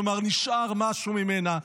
כלומר, נשאר משהו ממנה.